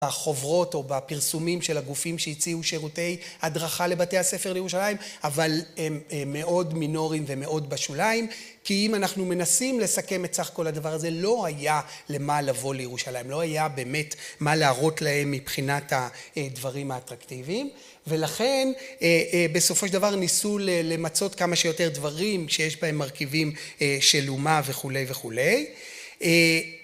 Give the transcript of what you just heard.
בחוברות או בפרסומים של הגופים שהציעו שירותי הדרכה לבתי הספר לירושלים, אבל הם מאוד מינורים ומאוד בשוליים. כי אם אנחנו מנסים לסכם את סך כל הדבר הזה, לא היה למה לבוא לירושלים. לא היה באמת מה להראות להם מבחינת הדברים האטרקטיביים. ולכן, בסופו של דבר, ניסו למצוא כמה שיותר דברים שיש בהם מרכיבים של אומה וכולי וכולי. אה...